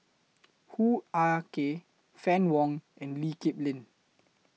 Hoo Ah Kay Fann Wong and Lee Kip Lin